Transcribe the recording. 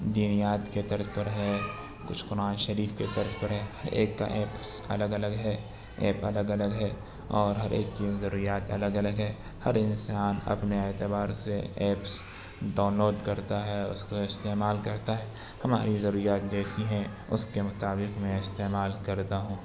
دینیات کے طرز پر ہے کچھ قرآن شریف کے طرز پر ہے ہر ایک کا ایپس الگ الگ ہے ایپ الگ الگ ہے اور ہر ایک کی ضروریات الگ الگ ہے ہر انسان اپنے اعتبار سے ایپس ڈاؤن لوڈ کرتا ہے اس کو استعمال کرتا ہے ہماری ضروریات جیسی ہیں اس کے مطابق میں استعمال کرتا ہوں